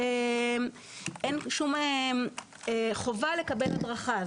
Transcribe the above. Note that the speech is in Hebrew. אין גם שום חובה לקבל הדרכה,